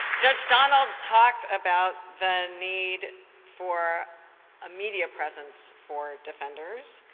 judge donald talked about the need for immediate presence for defenders.